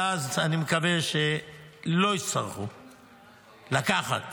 ואז אני מקווה שלא יצטרכו לקחת